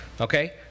okay